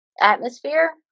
atmosphere